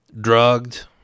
drugged